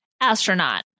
Astronaut